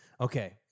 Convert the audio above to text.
Okay